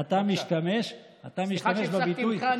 סליחה שהפסקתי אותך,